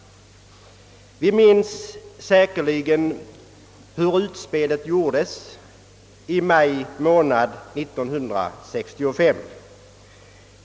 Vi minns säkerligen hur utspelet gjordes i maj månad 1965.